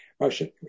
motion